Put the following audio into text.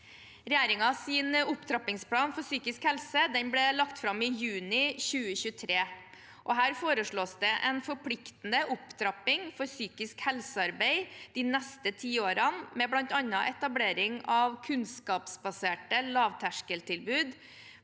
Regjeringens opptrappingsplan for psykisk helse ble lagt fram i juni 2023. Her foreslås det en forpliktende opptrapping for psykisk helsearbeid de neste ti årene, med bl.a. etablering av kunnskapsbaserte lavterskeltilbud